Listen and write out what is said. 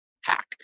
hack